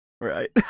Right